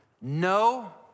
No